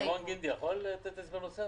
ירון גינדי יכול לתת הסבר נוסף?